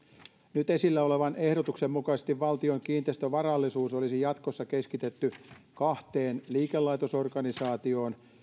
nyt esillä olevan ehdotuksen mukaisesti valtion kiinteistövarallisuus olisi jatkossa keskitetty kahteen liikelaitosorganisaatioon